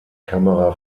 kamera